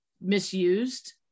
misused